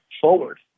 forward